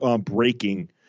breaking